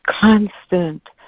constant